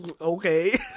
okay